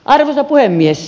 arvoisa puhemies